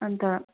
अन्त